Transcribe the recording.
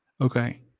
Okay